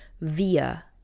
via